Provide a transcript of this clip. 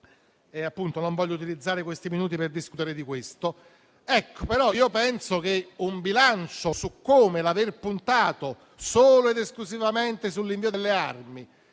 Non voglio utilizzare questi minuti per discutere di questo. Penso però che tracciare un bilancio su come l'aver puntato solo ed esclusivamente sull'invio delle armi,